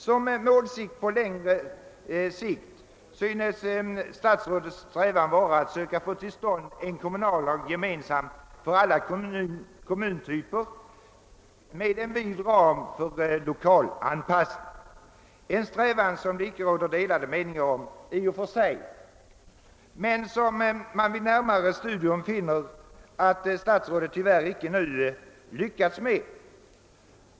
Som ett mål på längre sikt synes statsrådets strävan vara att söka få till stånd en gemensam kommunallag för alla kommuntyper med en vid ram för lokal anpassning. Om denna strävan råder i och för sig icke några delade meningar, men vid närmare studium finner man att statsrådet tyvärr icke lyckats härmed.